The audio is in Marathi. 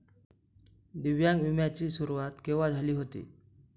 दिव्यांग विम्या ची सुरुवात केव्हा झाली होती?